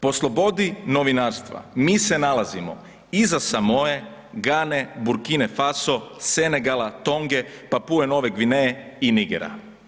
Po slobodi novinarstva mi se nalazimo iza Samoe, Gane, Burkine Faso, Senegala, Tonge, Papue Nove Gvineje i Nigera.